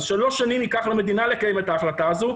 אז שלוש שנים ייקח למדינה לקיים את ההחלטה הזו,